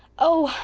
oh,